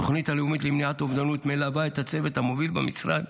התוכנית הלאומית למניעת אובדנות מלווה את הצוות המוביל במשרד